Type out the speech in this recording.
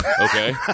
Okay